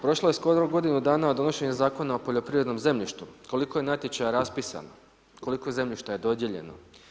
Prošlo je skoro godinu dana od donošenja Zakona o poljoprivrednom zemljištu, koliko je natječaja raspisano, koliko zemljišta je dodijeljeno?